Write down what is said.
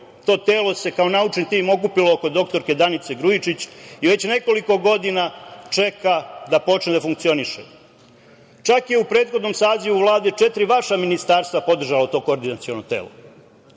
to telo se kao naučni tim okupilo oko doktorke Danice Grujičić i već nekoliko godina čeka da počne da funkcioniše.U prethodnom sazivu Vlade četiri vaša ministarstva podržalo to koordinaciono telo